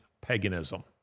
paganism